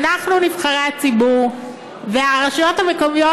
אנחנו נבחרי הציבור והרשויות המקומיות